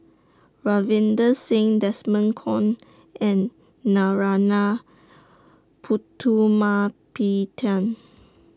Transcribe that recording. Ravinder Singh Desmond Kon and Narana Putumaippittan